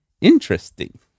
Interesting